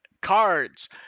cards